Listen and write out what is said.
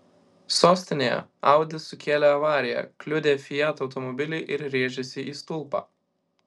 sostinėje audi sukėlė avariją kliudė fiat automobilį ir rėžėsi į stulpą